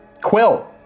Quill